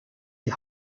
die